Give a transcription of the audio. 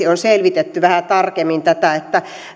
on selvitetty vähän tarkemmin tätä